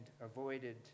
avoided